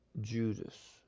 Judas